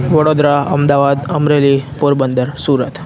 Vadodara Ahmedabad Amreli Porbandar Surat